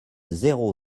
zéro